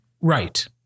right